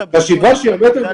וזה הסדר שאנחנו